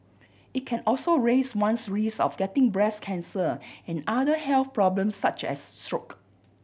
it can also raise one's risk of getting breast cancer and other health problems such as stroke